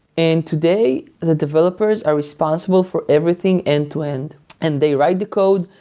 and today, the developers are responsible for everything end-to-end and they write the code,